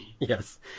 Yes